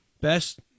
best